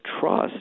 trust